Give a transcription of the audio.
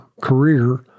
career